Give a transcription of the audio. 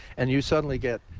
and you suddenly get,